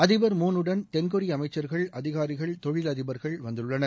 அதிபர் மூன் உடன் தென்கொரிய அமைச்சர்கள் அதிகாரிகள் தொழிலதிபர்கள் வந்துள்ளனர்